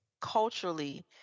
culturally